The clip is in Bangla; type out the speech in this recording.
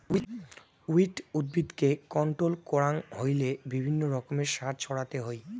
উইড উদ্ভিদকে কন্ট্রোল করাং হইলে বিভিন্ন রকমের সার ছড়াতে হই